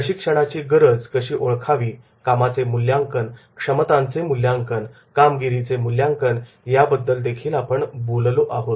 प्रशिक्षणाची गरज कशी ओळखावी कामाचे मूल्यांकन क्षमतांचे मूल्यांकन कामगिरीचे मूल्यांकन या बद्दल देखील आपण बोललो आहोत